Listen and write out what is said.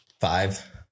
five